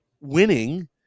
winning